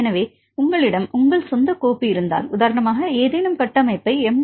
எனவே உங்களிடம் உங்கள் சொந்த கோப்பு இருந்தால் உதாரணமாக ஏதேனும் கட்டமைப்பைப் எம்